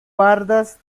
pardas